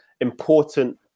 important